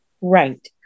Right